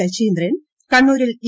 ശശീന്ദ്രൻ കണ്ണൂരിൽ ഇ